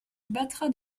battra